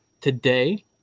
today